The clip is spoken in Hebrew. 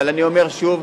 אבל אני אומר שוב,